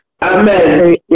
Amen